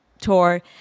tour